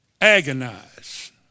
Agonize